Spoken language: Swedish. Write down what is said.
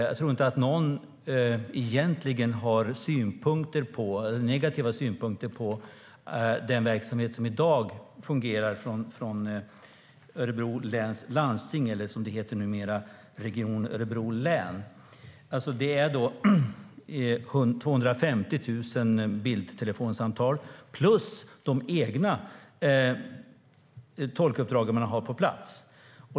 Jag tror inte att någon egentligen har negativa synpunkter på den verksamhet som i dag bedrivs av Örebro läns landsting, eller Region Örebro län, som det heter numera. Det sker 250 000 bildtelefonsamtal plus de egna tolkuppdrag man har på plats.